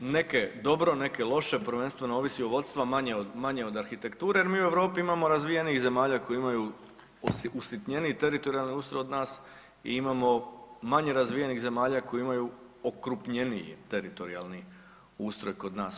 Neke dobro, neke loše prvenstveno ovisi o vodstvu, a manje od arhitekture jer mi imamo razvijenijih zemalja koje imaju usitnjeniji teritorijalni ustroj od nas i imamo manje razvijenih zemalja koji okrupnjeniji teritorijalni ustroj kod nas.